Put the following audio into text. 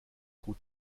gut